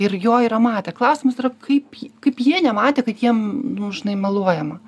ir jo yra matę klausimas yra kaip kaip jie nematė kad jiem nu žinai meluojama